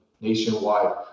nationwide